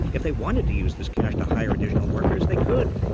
if they wanted to use this cash to hire additional workers, they could.